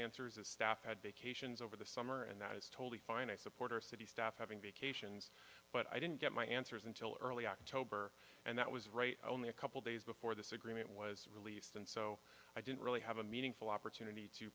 answers as staff advocation is over the summer and that is totally fine a supporter of city staff having vacations but i didn't get my answers until early october and that was right only a couple days before this agreement was released and so i didn't really have a meaningful opportunity to